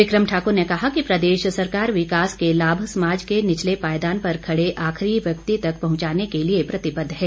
become Thakur ने कहा कि प्रदेश सरकार विकास के लाभ समाज के निचले पायदान पर खड़े आखिरी व्यक्ति तक पहुंचाने के लिए प्रतिबद्ध है